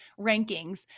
rankings